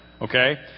Okay